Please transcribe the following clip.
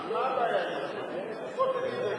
מה הבעיה עם הזמנים?